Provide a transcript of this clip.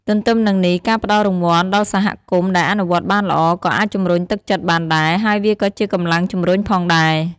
ទន្ទឹមនឹងនេះ ការផ្តល់រង្វាន់ដល់សហគមន៍ដែលអនុវត្តបានល្អ ក៏អាចជំរុញទឹកចិត្តបានដែរ ហើយវាក៏ជាកម្លាំងជម្រុញផងដែរ។